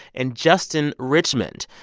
and justin richmond,